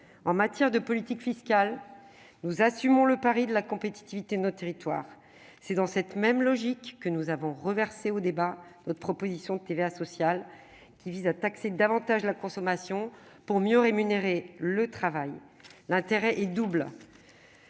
En matière de politique fiscale, nous assumons le pari de la compétitivité de nos territoires. C'est dans la même logique que nous avons reversé au débat notre proposition de TVA sociale, dont l'objet est de taxer davantage la consommation pour mieux rémunérer le travail. L'intérêt de